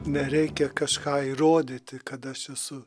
nereikia kažką įrodyti kad esi su